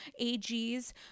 AGs